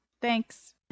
Thanks